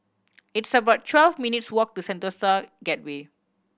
it's about twelve minutes' walk to Sentosa Gateway